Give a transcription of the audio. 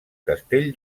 castell